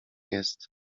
jest